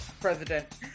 president